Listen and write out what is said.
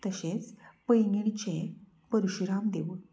तशेंस पैंगिणीचें पर्शुराम देवूळ